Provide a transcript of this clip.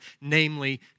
namely